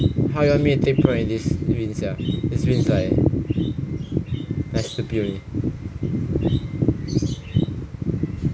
how you want me to take point in this win sia this win is like like a bit only